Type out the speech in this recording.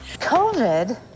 COVID